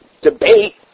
debate